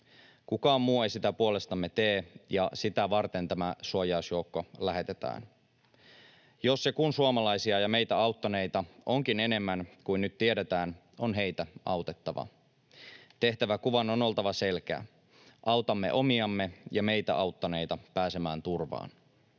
Kukaan muu ei sitä puolestamme tee, ja sitä varten tämä suojausjoukko lähetetään. Jos ja kun suomalaisia ja meitä auttaneita onkin enemmän kuin nyt tiedetään, on heitä autettava. Tehtäväkuvan on oltava selkeä: autamme omiamme ja meitä auttaneita pääsemään turvaan.